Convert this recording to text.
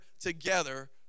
together